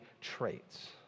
traits